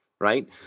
right